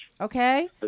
okay